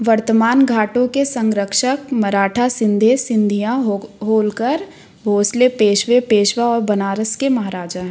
वर्तमान घाटों के संरक्षक मराठा शिंदे सिंधिया हो होलकर भोंसले पेशवे पेशवा और बनारस के महाराजा है